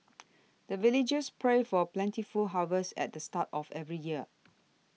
the villagers pray for plentiful harvest at the start of every year